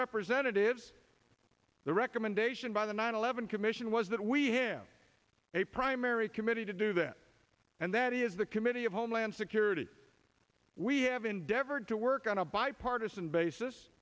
representatives the recommendation by the nine eleven commission was that we have a primary committee to do that and that is the committee of homeland security we have endeavored to work on a bipartisan basis